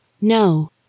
No